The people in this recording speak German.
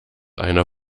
einer